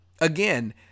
Again